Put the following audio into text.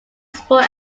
sport